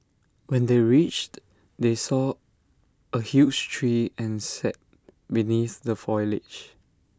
when they reached they saw A huge tree and sat beneath the foliage